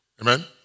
Amen